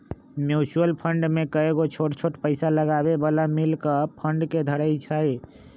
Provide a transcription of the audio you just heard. mutual fund में कयगो छोट छोट पइसा लगाबे बला मिल कऽ फंड के धरइ छइ